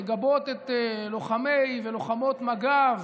לגבות את לוחמי ולוחמות מג"ב,